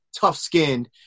tough-skinned